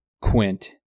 Quint